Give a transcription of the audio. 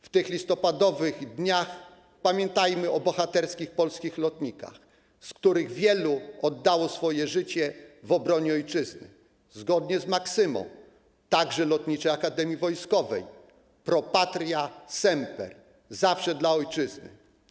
W tych listopadowych dniach pamiętajmy o bohaterskich polskich lotnikach, z których wielu oddało swoje życie w obronie ojczyzny, zgodnie z maksymą, także Lotniczej Akademii Wojskowej, „Pro patria semper” - „Zawsze dla ojczyzny”